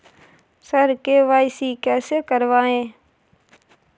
sir KYC कैसे करवाएं